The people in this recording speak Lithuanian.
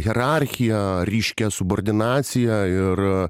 hierarchiją ryškią subordinaciją ir